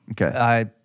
Okay